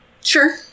Sure